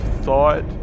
thought